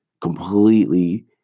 completely